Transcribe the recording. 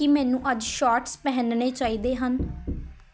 ਕੀ ਮੈਨੂੰ ਅੱਜ ਸ਼ੋਟਸ ਪਹਿਨਣੇ ਚਾਹੀਦੇ ਹਨ